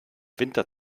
winter